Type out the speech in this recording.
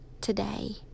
today